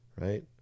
right